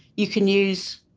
you can use